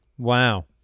Wow